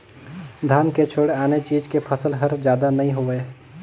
धान के छोयड़ आने चीज के फसल हर जादा नइ होवय